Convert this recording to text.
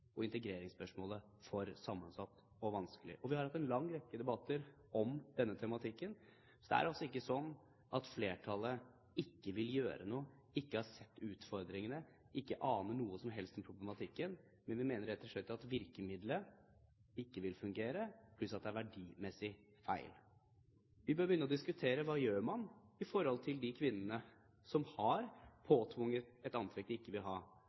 og integreringsspørsmålet for sammensatt og vanskelig. Vi har hatt en lang rekke debatter om denne problematikken. Det er altså ikke sånn at flertallet ikke vil gjøre noe, ikke har sett utfordringene, ikke aner noe som helst om problematikken. Vi mener rett og slett at virkemidlet ikke vil fungere, pluss at det er verdimessig feil. Vi må begynne å diskutere: Hva gjør man for å hjelpe de kvinnene som har blitt påtvunget et antrekk de ikke vil ha?